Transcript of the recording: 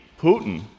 putin